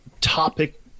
topic